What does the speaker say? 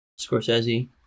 Scorsese